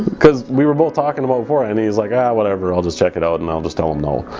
because we were both talking about before and he's like i whatever i'll just check it out and i'll just tell him no,